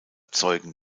zeugen